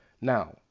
Now